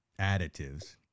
additives